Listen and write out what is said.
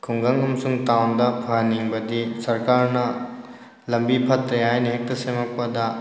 ꯈꯨꯡꯒꯪ ꯑꯃꯁꯨꯡ ꯇꯥꯎꯟꯗ ꯐꯍꯟꯅꯤꯡꯕꯗꯤ ꯁꯔꯀꯥꯔꯅ ꯂꯝꯕꯤ ꯐꯠꯇ꯭ꯔꯦ ꯍꯥꯏꯅ ꯍꯦꯛꯇ ꯁꯦꯝꯃꯛꯄꯗ